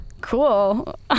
Cool